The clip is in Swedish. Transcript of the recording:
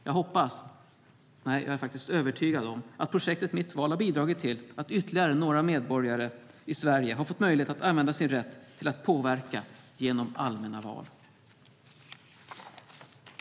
Jag hoppas - nej, jag är faktiskt övertygad om - att projektet Mitt val har bidragit till att ytterligare några medborgare i Sverige har fått möjlighet att använda sin rätt att påverka genom allmänna val.